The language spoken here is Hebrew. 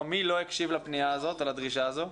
או מי לא הקשיב לפנייה הזאת או לדרישה הזאת?